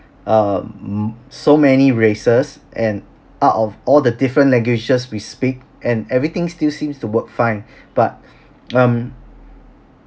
um so many races and out of all the different languages we speak and everything still seems to work fine but um